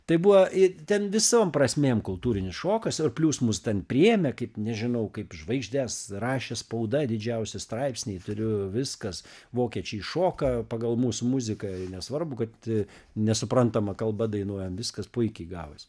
tai buvo i ten visom prasmėm kultūrinis šokas ir plius mus ten priėmė kaip nežinau kaip žvaigždes rašė spauda didžiausi straipsniai turiu viskas vokiečiai šoka pagal mūsų muziką nesvarbu kad nesuprantama kalba dainuojam viskas puikiai gavos